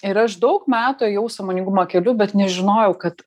ir aš daug metų ėjau sąmoningumo keliu bet nežinojau kad